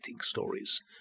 stories